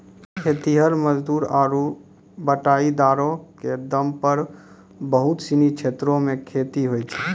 खेतिहर मजदूर आरु बटाईदारो क दम पर बहुत सिनी क्षेत्रो मे खेती होय छै